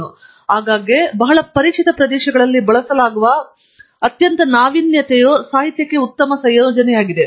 ಮತ್ತು ಆಗಾಗ್ಗೆ ಬಹಳ ಪರಿಚಿತ ಪ್ರದೇಶಗಳಲ್ಲಿ ಬಳಸಲಾಗುವ ಅತ್ಯಂತ ನಾವೀನ್ಯತೆಯು ಸಾಹಿತ್ಯಕ್ಕೆ ಉತ್ತಮವಾದ ಸಂಯೋಜನೆಯಾಗಿದೆ